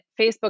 Facebook